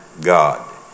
God